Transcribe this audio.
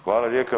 Hvala lijepo.